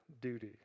duty